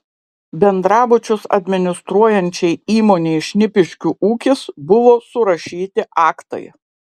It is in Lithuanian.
bendrabučius administruojančiai įmonei šnipiškių ūkis buvo surašyti aktai